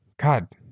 God